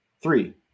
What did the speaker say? three